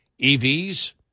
EVs